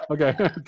Okay